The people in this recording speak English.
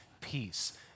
Peace